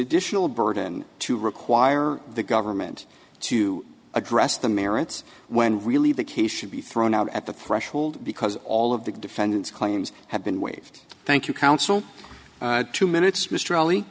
additional burden to require the government to address the merits when really the case should be thrown out at the threshold because all of the defendant's claims have been waived thank you counsel two minutes